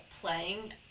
playing